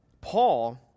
Paul